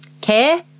care